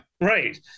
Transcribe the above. Right